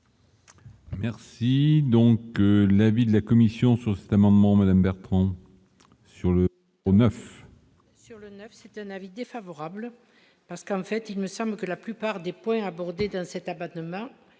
Merci donc la vie de la Commission sur cet amendement Madame Bertrand sur le 9. Sur le 9 c'est un avis défavorable, parce qu'en fait il me semble que la plupart des points abordés dans cette abattent